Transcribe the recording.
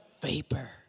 vapor